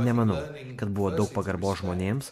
nemanau kad buvo daug pagarbos žmonėms